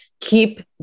keep